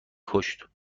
کشت